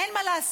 אין מה לעשות,